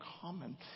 common